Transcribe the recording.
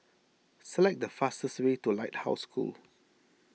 select the fastest way to the Lighthouse School